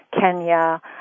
Kenya